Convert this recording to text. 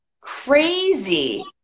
crazy